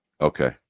Okay